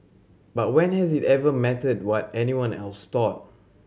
but when has it ever mattered what anyone else thought